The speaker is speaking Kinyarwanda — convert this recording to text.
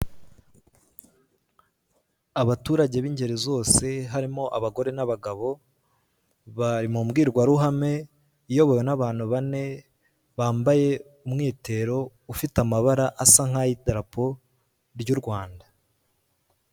Abaturage bingeri zose harimo abagore n'abagabo bari mumbwirwa ruhame iyobowe n'abantu bane bambaye umwitero ufite amabara asa nkayidarapo ry'urwanda.